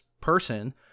person